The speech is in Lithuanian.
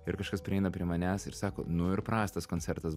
ir kažkas prieina prie manęs ir sako nu ir prastas koncertas